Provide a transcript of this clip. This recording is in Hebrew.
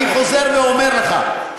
אני חוזר ואומר לך,